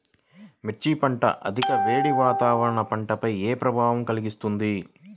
మిర్చి పంట అధిక వేడి వాతావరణం పంటపై ఏ ప్రభావం కలిగిస్తుంది?